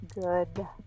good